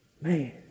Man